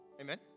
Amen